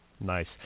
Nice